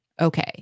okay